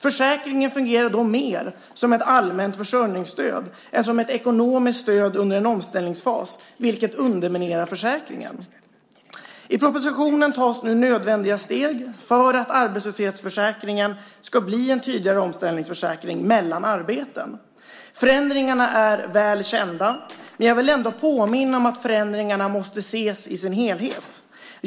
Försäkringen fungerar då mer som ett allmänt försörjningsstöd än som ett ekonomiskt stöd under en omställningsfas, vilket underminerar försäkringen. I propositionen tas nu nödvändiga steg för att arbetslöshetsförsäkringen ska bli en tydligare omställningsförsäkring mellan arbeten. Förändringarna är väl kända, men jag vill ändå påminna om att de måste ses i sin helhet.